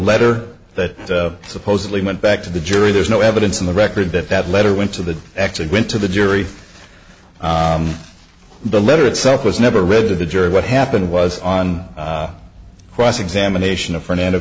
letter that supposedly went back to the jury there's no evidence in the record that that letter went to the ex and went to the jury the letter itself was never read to the jury what happened was on cross examination of fernando